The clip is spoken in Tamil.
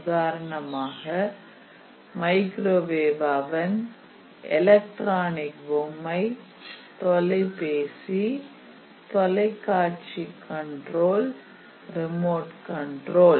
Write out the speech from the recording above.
உதாரணமாக மைக்ரோவேவ் அவன் எலக்ட்ரானிக் பொம்மை தொலைபேசி தொலைக்காட்சி கண்ட்ரோல் ரிமோட் கன்ட்ரோல்